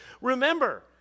Remember